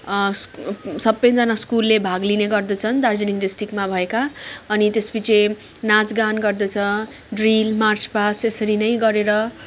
सबजना स्कुलले भाग लिने गर्दछन् दार्जिलिङ डस्ट्रिक्टमा भएका अनि त्यस पछि नाच गान गर्दछ ड्रिल मार्च पास्ट यसरी नै गरेर